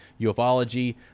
UFOlogy